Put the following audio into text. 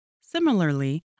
Similarly